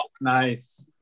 nice